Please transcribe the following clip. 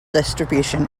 distribution